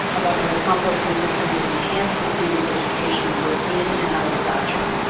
about how the composting system has enhanced the students' education, both in and out of the classroom.